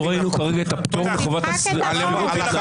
אנחנו ראינו כרגע את הפטור מחובת הסבירות בהתנהגות.